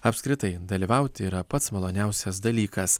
apskritai dalyvauti yra pats maloniausias dalykas